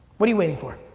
what are you waiting for?